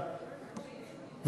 העבודה,